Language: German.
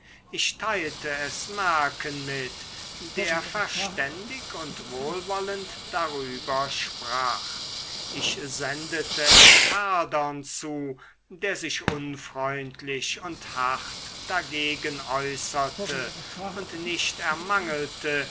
ich teilte es mercken mit der verständig und wohlwollend darüber sprach ich sendete es herdern zu der sich unfreundlich und hart dagegen äußerte und nicht ermangelte